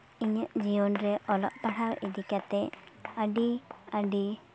ᱤᱧᱟᱹᱜ ᱡᱤᱭᱚᱱ ᱨᱮ ᱚᱞᱚᱜ ᱯᱟᱲᱦᱟᱣ ᱤᱫᱤ ᱠᱟᱛᱮ ᱟᱹᱰᱤ ᱟᱹᱰᱤ